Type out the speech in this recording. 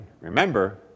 remember